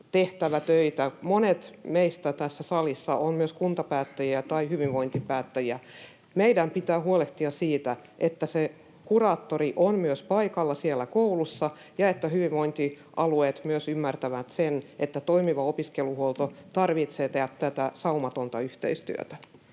tehtävä töitä. Monet meistä tässä salissa ovat myös kuntapäättäjiä tai hyvinvointipäättäjiä. Meidän pitää huolehtia siitä, että kuraattori on myös paikalla koulussa ja että hyvinvointialueet myös ymmärtävät, että toimivassa opiskeluhuollossa tarvitsee tehdä tätä saumatonta yhteistyötä.